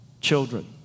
children